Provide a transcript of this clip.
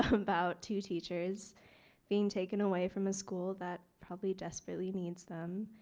um about two teachers being taken away from a school that probably desperately needs them.